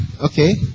Okay